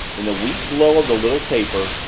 in the weak glow of the little taper,